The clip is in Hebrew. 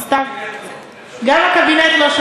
גם הקבינט לא.